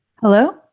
Hello